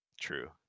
True